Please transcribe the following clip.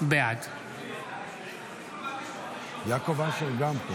בעד חבר הכנסת יעקב אשר.